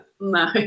no